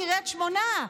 קריית שמונה.